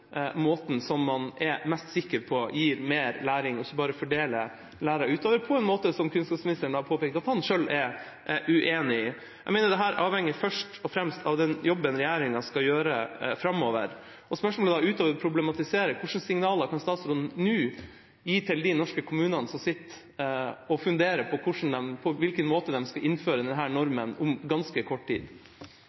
måten som man er mest sikker på gir mer læring, og ikke bare fordeler lærere utover på en måte som kunnskapsministeren påpekte at han selv er uenig i? Jeg mener at dette først og fremst avhenger av den jobben regjeringa skal gjøre framover. Spørsmålet er da: Utover å problematisere, hva slags signaler kan statsråden nå gi til de norske kommunene som sitter og funderer på på hvilken måte de skal innføre denne normen om ganske kort tid?